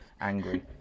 angry